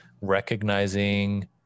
recognizing